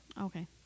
Okay